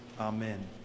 amen